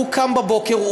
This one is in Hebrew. הוא קם בבוקר,